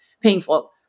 painful